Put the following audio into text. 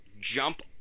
jump